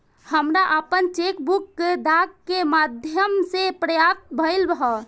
हमरा आपन cheque book डाक के माध्यम से प्राप्त भइल ह